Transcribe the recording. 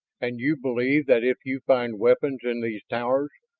and you believe that if you find weapons in these towers,